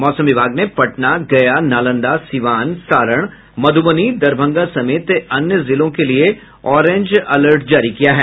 मौसम विभाग ने पटना गया नालंदा सिवान सारण मधुबनी दरभंगा समेत अन्य जिलों के लिये ऑरेंज अलर्ट जारी किया है